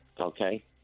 okay